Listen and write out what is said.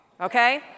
okay